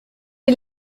est